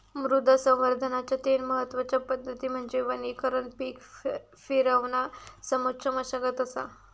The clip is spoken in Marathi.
मृदा संवर्धनाच्या तीन महत्वच्या पद्धती म्हणजे वनीकरण पीक फिरवणा समोच्च मशागत असा